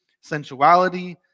sensuality